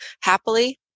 happily